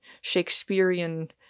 Shakespearean